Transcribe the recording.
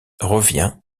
revient